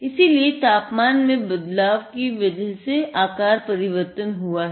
इसीलिए तापमान में बदलाव की वजह से आकार परिवर्तन हुआ है